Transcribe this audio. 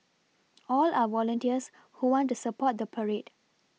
all are volunteers who want to support the parade